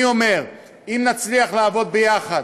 אני אומר, אם נצליח לעבוד ביחד,